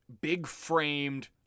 big-framed